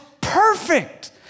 perfect